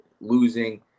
losing